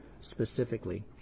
specifically